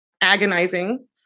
agonizing